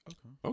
Okay